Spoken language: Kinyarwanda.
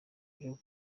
byo